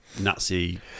Nazi